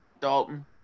Dalton